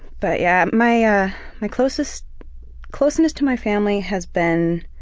but, yeah, my ah my closeness closeness to my family has been